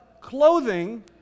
clothing